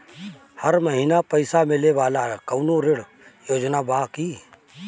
हर महीना पइसा मिले वाला कवनो ऋण योजना बा की?